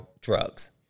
drugs